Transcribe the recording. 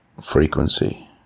frequency